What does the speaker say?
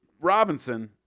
Robinson